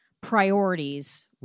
priorities